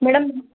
madam